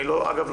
אגב,